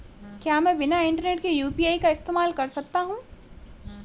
क्या मैं बिना इंटरनेट के यू.पी.आई का इस्तेमाल कर सकता हूं?